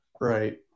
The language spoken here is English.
Right